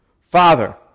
Father